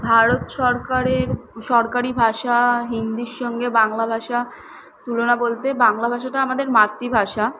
ভারত সরকারের সরকারি ভাষা হিন্দির সঙ্গে বাংলা ভাষা তুলনা বলতে বাংলা ভাষাটা আমাদের মাতৃভাষা